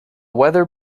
weather